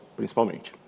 principalmente